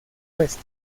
oeste